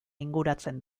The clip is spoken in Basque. inguratzen